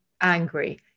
angry